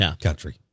country